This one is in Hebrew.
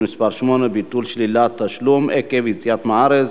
מס' 8) (ביטול שלילת תשלום עקב יציאה מהארץ),